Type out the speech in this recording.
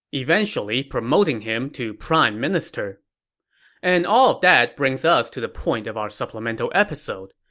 eventually promoting him to prime minister and all of that brings us to the point of our supplemental episode.